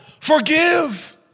Forgive